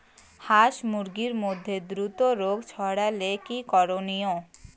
হাস মুরগির মধ্যে দ্রুত রোগ ছড়ালে কি করণীয়?